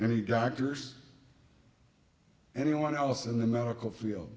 any doctors anyone else in the medical field